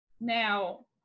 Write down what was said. Now